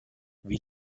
wie